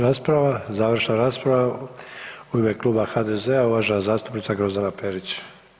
rasprava završna rasprava u ime Kluba HDZ-a uvažena zastupnica Grozdana Perić.